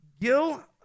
Gil